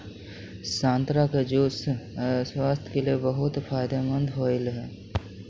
संतरा के रस स्वास्थ्य के लिए बहुत फायदेमंद होवऽ हइ